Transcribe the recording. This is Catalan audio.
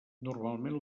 normalment